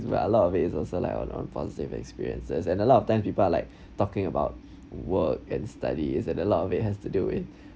where a lot of it is also like on on positive experiences and a lot of time people are like talking about work and study is at a lot of it has to do with